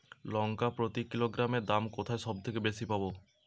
লঙ্কা প্রতি কিলোগ্রামে দাম কোথায় সব থেকে বেশি পাব?